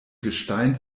gestein